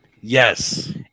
Yes